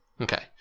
Okay